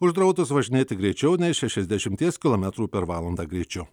uždraudus važinėti greičiau nei šešiasdešimties kilometrų per valandą greičiu